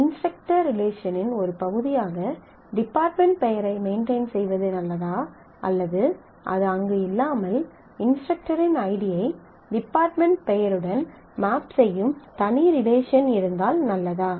instructor ரிலேஷனின் ஒரு பகுதியாக டிபார்ட்மென்ட் பெயரை மெயின்டெயின் செய்வது நல்லதா அல்லது அது அங்கு இல்லாமல் இன்ஸ்டரக்டரின் ஐடியை டிபார்ட்மென்ட் பெயருடன் மேப் செய்யும் தனி ரிலேஷன் இருந்தால் நல்லதா